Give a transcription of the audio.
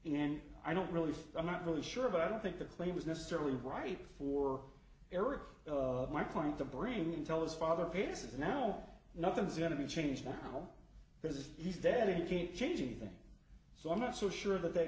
and i don't really i'm not really sure but i don't think the claim is necessarily right for eric my point of bringing tell his father hates it now nothing's going to be changed now because he's dead and you can't change anything so i'm not so sure that th